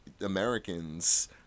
Americans